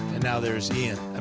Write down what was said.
and now, there's ian and